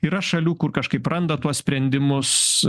yra šalių kur kažkaip randa tuos sprendimus